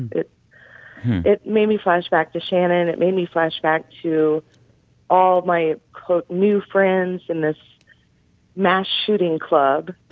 it it made me flash back to shannon. it made me flash back to all my, quote, new friends in this mass shooting club